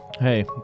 Hey